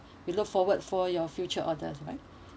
we look forward for your future orders right